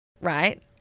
right